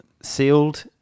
sealed